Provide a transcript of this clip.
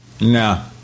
No